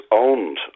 owned